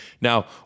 Now